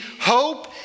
hope